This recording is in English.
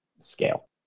scale